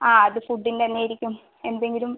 ആ അത് ഫുഡിൻ്റെ തന്നെ ആയിരിക്കും എന്തെങ്കിലും